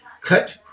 cut